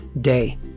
day